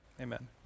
amen